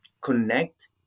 connect